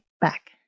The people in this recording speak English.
back